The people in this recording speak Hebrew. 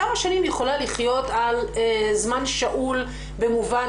כמה שנים יכולה לחיות על זמן שאול במובן